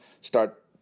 start